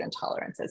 intolerances